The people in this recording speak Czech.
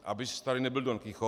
Abys tady nebyl donkichot.